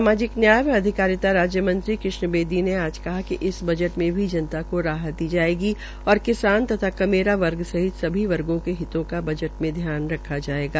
सामाप्रिक न्याया व अधिकारिता राज्य मंत्री कृष्ण बेदी ने आप कहा है कि इस बा़ ट में भी ा नता को राहत दी ायेगी और किसान तथा कमेरा वर्ग सहित सभी वर्गो के हितों को धन में रखा आयेगा